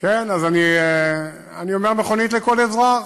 אז אני אומר "מכונית לכל אזרח".